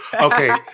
Okay